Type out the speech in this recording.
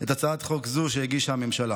את הצעת חוק זו, שהגישה הממשלה.